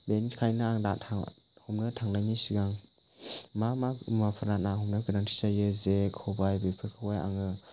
बेनिखायनो आं ना था हमनो थांनायनि सिगां मा मा मुवाफोरा ना हमनायाव गोनांथि जायो जे खबाय बेफोरखौहाय आङो